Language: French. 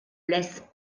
laisse